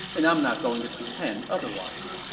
and i'm not going to pretend otherwise.